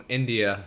India